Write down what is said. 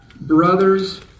Brothers